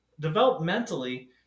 developmentally